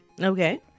Okay